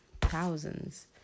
thousands